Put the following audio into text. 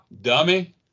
Dummy